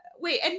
wait